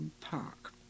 Park